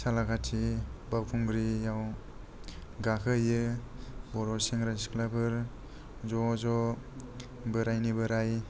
सालाकाथि बावखुंग्रियाव गाखोहैयो बर' सेंग्रा सिख्लाफोर ज' ज' बोरायनि बोराय